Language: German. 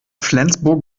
flensburg